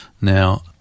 now